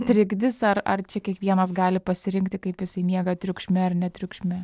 trikdis ar ar čia kiekvienas gali pasirinkti kaip jisai miega triukšme ar ne triukšme